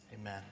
Amen